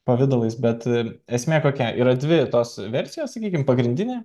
pavidalais bet esmė kokia yra dvi tos versijos sakykim pagrindinė